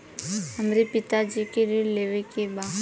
हमरे पिता जी के ऋण लेवे के बा?